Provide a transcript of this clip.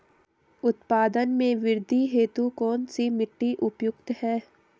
उत्पादन में वृद्धि हेतु कौन सी मिट्टी उपयुक्त है?